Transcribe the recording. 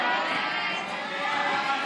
מי נגד?